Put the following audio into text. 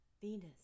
Venus